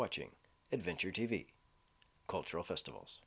watching adventure t v cultural festivals